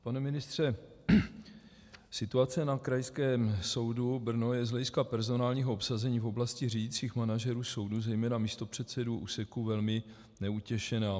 Pane ministře, situace na Krajském soudu Brno je z hlediska personálního obsazení v oblasti řídících manažerů soudů, zejména místopředsedů úseků, velmi neutěšená.